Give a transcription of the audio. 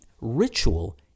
ritual